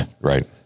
right